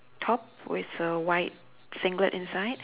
top with a white singlet inside